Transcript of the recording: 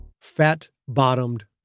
Fat-Bottomed